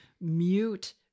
mute